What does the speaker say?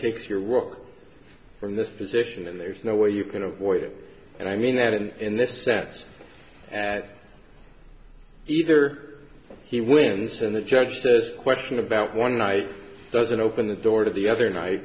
thinks your work from this position and there's no way you can avoid it and i mean that and in this sense that either he wins and the judge says question about one eye doesn't open the door to the other night